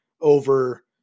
over